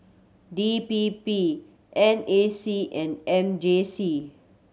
D P P N A C and M J C